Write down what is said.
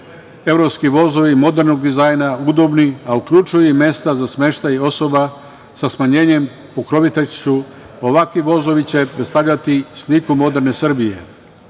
evropski vozovi modernog dizajna, udobni, a uključuju i mesta za smeštaj osoba sa smanjenjem…Ovakvi vozovi će predstavljati sliku moderne Srbije